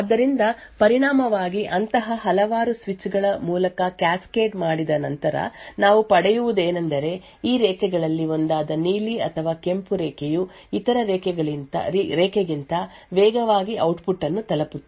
ಆದ್ದರಿಂದ ಪರಿಣಾಮವಾಗಿ ಅಂತಹ ಹಲವಾರು ಸ್ವಿಚ್ ಗಳ ಮೂಲಕ ಕ್ಯಾಸ್ಕೇಡ್ ಮಾಡಿದ ನಂತರ ನಾವು ಪಡೆಯುವುದೇನೆಂದರೆ ಈ ರೇಖೆಗಳಲ್ಲಿ ಒಂದಾದ ನೀಲಿ ಅಥವಾ ಕೆಂಪು ರೇಖೆಯು ಇತರ ರೇಖೆಗಿಂತ ವೇಗವಾಗಿ ಔಟ್ಪುಟ್ ಅನ್ನು ತಲುಪುತ್ತದೆ